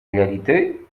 réalité